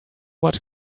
much